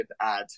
add